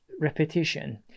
repetition